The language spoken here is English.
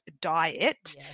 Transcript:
diet